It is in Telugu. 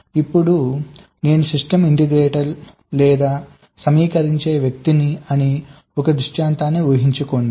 ఇప్పుడు నేను సిస్టమ్ ఇంటిగ్రేటర్ లేదా సమీకరించే వ్యక్తిని అని ఒక దృష్టాంతాన్ని ఊహించుకోండి